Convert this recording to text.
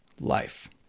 life